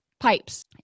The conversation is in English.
pipes